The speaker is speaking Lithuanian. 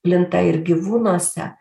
plinta ir gyvūnuose